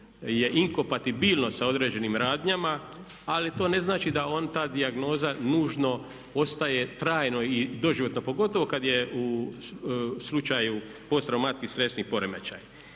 je inkompatibilno sa određenim radnjama ali to ne znači da ta dijagnoza nužno ostaje trajno i doživotno. Pogotovo kada je u slučaju PTSP. I ja se pridružujem